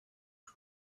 the